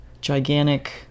gigantic